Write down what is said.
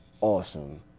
awesome